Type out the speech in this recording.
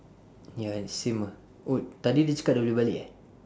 ya same ah oh tadi dia cakap dah boleh balik eh